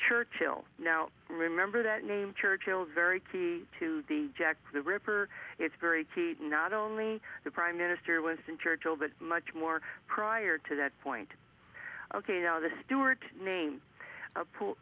churchill now remember that name churchill very key to the jack the ripper it's very key not only the prime minister was in churchill but much more prior to that point ok now the stewart name pool